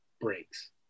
breaks